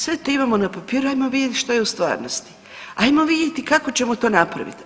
Sve to imamo na papiru, hajmo vidjeti što je u stvarnosti, hajmo vidjeti kako ćemo to napraviti.